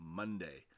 monday